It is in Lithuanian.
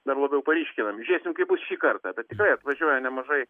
dar labiau paryškinami žiesim kaip bus šį kartą bet tikrai atvažiuoja nemažai